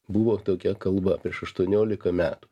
buvo tokia kalba prieš aštuoniolika metų